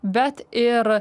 bet ir